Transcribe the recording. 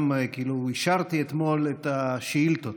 גם אישרתי אתמול את השאילתות,